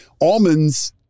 almonds